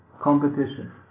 Competition